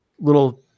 Little